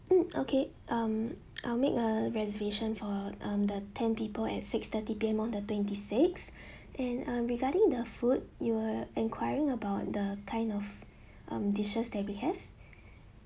hmm okay um I'll make a reservation for um the ten people at six thirty P_M on the twenty sixth and uh regarding the food you were enquiring about the kind of um dishes that we have